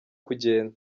kugenda